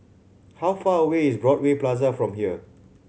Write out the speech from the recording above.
how far away is Broadway Plaza from here